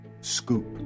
scoop